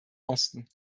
osten